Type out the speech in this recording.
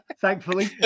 thankfully